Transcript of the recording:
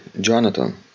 Jonathan